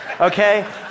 okay